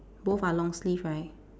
both are long sleeve right